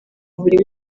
buri